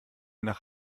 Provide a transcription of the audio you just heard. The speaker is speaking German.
nach